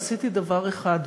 עשיתי דבר אחד: